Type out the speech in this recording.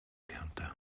countdown